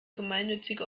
gemeinnützige